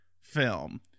film